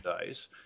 days